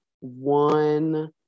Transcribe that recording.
one